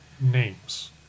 names